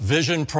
Vision